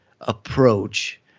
approach